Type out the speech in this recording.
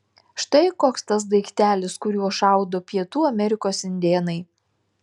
štai koks tas daiktelis kuriuo šaudo pietų amerikos indėnai